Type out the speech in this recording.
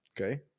Okay